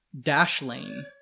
Dashlane